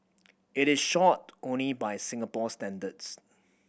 it is short only by Singapore standards